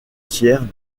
tiers